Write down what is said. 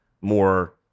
more